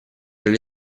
alle